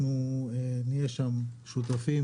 אנחנו נהיה שם שותפים,